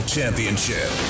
Championship